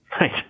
Right